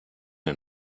den